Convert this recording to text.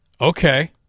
Okay